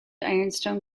ironstone